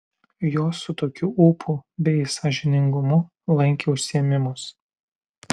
jos su tokiu ūpu bei sąžiningumu lankė užsiėmimus